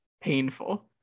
painful